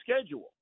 schedule